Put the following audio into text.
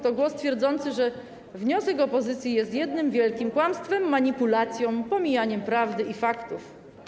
To głos twierdzący, że wniosek opozycji jest jednym wielkim kłamstwem, manipulacją, pomijaniem prawdy i faktów.